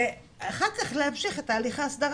ואח"כ להמשיך את תהליך ההסדרה?